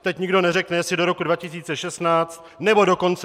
Teď nikdo neřekne, jestli do roku 2016, nebo dokonce 2017.